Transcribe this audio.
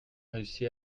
réussi